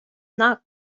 not